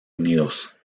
unidos